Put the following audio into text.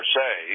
say